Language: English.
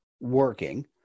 working